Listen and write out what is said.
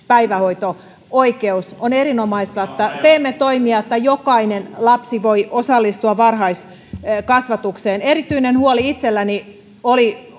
päivähoito oikeus on erinomaista että teemme toimia jotta jokainen lapsi voi osallistua varhaiskasvatukseen erityinen huoli itselläni oli